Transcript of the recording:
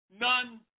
none